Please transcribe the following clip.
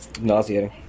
nauseating